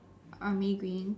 army green